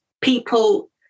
people